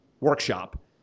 workshop